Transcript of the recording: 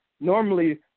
Normally